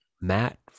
Matt